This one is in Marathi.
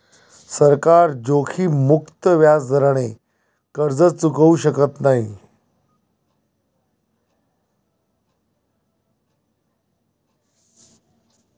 सरकार जोखीममुक्त व्याजदराने कर्ज चुकवू शकत नाही